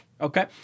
okay